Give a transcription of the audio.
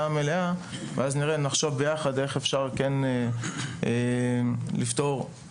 המלאה ואז לחשוב ביחד איתכם על איך אפשר להעלות רעיונות נוספים לפתרונות.